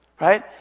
right